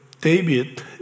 David